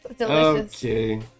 Okay